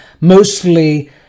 mostly